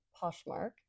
Poshmark